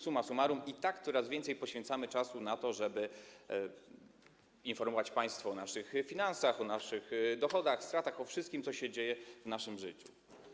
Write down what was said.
Summa summarum, i tak coraz więcej czasu poświęcamy na to, żeby informować państwo o naszych finansach, o naszych dochodach, stratach, o wszystkim, co się dzieje w naszym życiu.